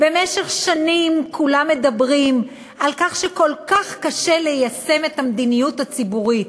במשך שנים כולם מדברים על כך שכל כך קשה ליישם את המדיניות הציבורית,